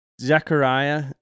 zechariah